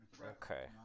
Okay